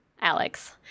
Alex